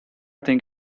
think